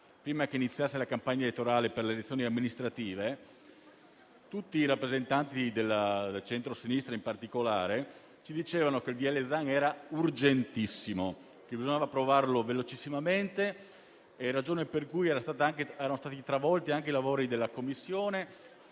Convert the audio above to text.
prima che iniziasse la campagna elettorale per le elezioni amministrative, tutti i rappresentanti del centrosinistra ci dicevano che il disegno di legge Zan era urgentissimo, che bisogna approvarlo velocissimamente; per tale ragione erano stati travolti anche i lavori della Commissione,